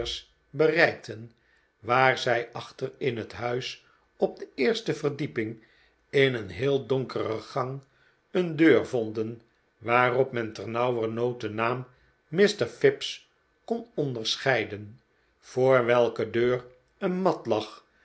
bereikten waar zij achter in het huis op de eerste verdieping in een heel donkere gang een deur vonden waarop men ternauwernood den naam mr fips kon onderscheiden voor welke deur een mat lag